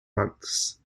months